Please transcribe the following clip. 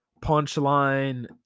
Punchline